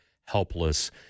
helpless